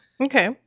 Okay